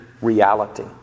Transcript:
Reality